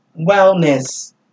wellness